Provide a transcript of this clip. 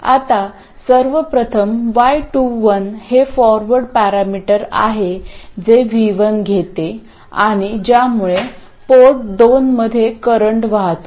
आता सर्व प्रथम y21 हे फॉरवर्ड पॅरामीटर आहे जे V1 घेते आणि ज्यामुळे पोर्ट दोन मध्ये करंट वाहतो